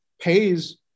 pays